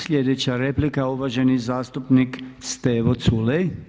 Sljedeća replika uvaženi zastupnik Stevo Culej.